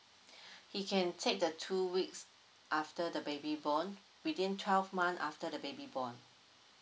he can take the two weeks after the baby born within twelve month after the baby born